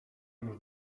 już